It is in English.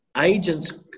agents